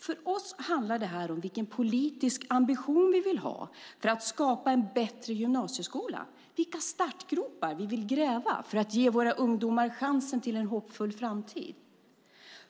För oss handlar det här om vilken politisk ambition vi vill ha för att skapa en bättre gymnasieskola och vilka startgropar vi vill gräva för att ge våra ungdomar chansen till en hoppfull framtid.